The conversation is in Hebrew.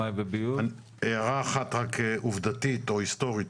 הערה אחת רק עובדתית או ההיסטורית,